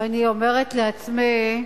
ואני אומרת לעצמי: